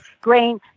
grain